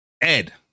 Ed